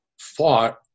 Fought